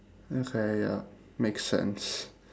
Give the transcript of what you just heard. okay ya makes sense